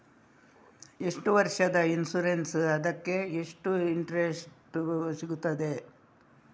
ಎಷ್ಟು ವರ್ಷದ ಇನ್ಸೂರೆನ್ಸ್ ಅದಕ್ಕೆ ಎಷ್ಟು ಇಂಟ್ರೆಸ್ಟ್ ಸಿಗುತ್ತದೆ?